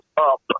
up